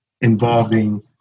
involving